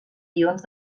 ions